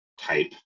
type